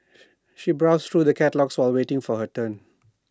she browsed through the catalogues while waiting for her turn